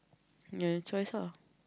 your choice ah